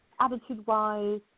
attitude-wise